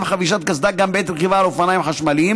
חבישת קסדה גם בעת רכיבה על אופניים חשמליים,